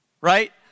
right